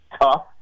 tough